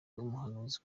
umuhanuzi